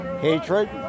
hatred